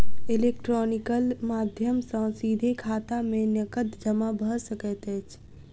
electronical माध्यम सॅ सीधे खाता में नकद जमा भ सकैत अछि